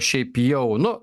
šiaip jau nu